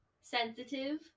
Sensitive